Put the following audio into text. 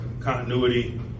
continuity